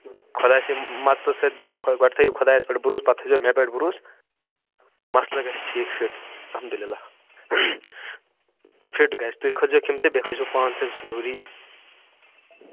خۄدایہِ سٕنٛدِ مدتہٕ سۭتۍ گۄڈٕ تھٲوِو خۄدایس پٮ۪ٹھ بروٗس پتہٕ تھٲوِزیٚو مےٚ پٮ۪ٹھ بروٗس مسلہٕ گَژھِ ٹھیٖک فِٹ الحمدُاللہ فِٹ گَژھِ تُہۍ کھٲلۍزِہوٗکھ یِم تہٕ بیٚیہِ کھٔسۍزیٚو پانہٕ تہِ ضروٗری